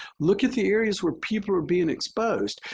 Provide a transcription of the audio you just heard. look at the areas where people are being exposed,